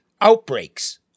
outbreaks